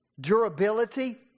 durability